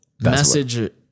message